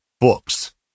books